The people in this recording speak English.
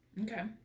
Okay